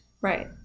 Right